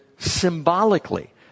symbolically